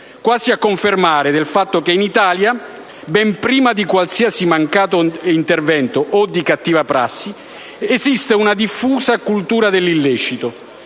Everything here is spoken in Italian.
quasi a conferma del fatto che in Italia, ben prima di qualsiasi mancato intervento o di cattiva prassi, esiste una diffusa cultura dell'illecito.